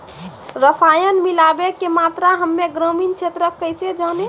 रसायन मिलाबै के मात्रा हम्मे ग्रामीण क्षेत्रक कैसे जानै?